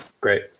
Great